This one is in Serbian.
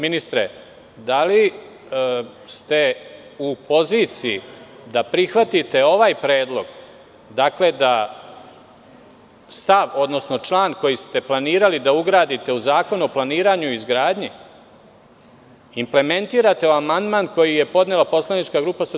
Ministre, da li ste u poziciji da prihvatite ovaj predlog, da član koji ste planirali da ugradite u Zakon o planiranju i izgradnji implementirate u amandman koji je podnela poslanička grupa SPS?